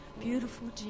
Beautiful